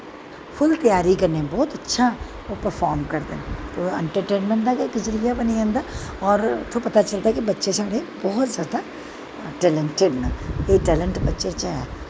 फुल्ल त्यारी कन्नै बौह्त अच्छा ओह् परर्फाम करदे न ते इंट्रटेनमैंट दा गै इक जरिया बनी जंदा और उत्थै पता चलदा कि बच्चे साढ़े बौह्त जैदा टेलैंटिड न एह् टेलैंट बच्चें च ऐ